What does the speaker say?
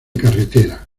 carretera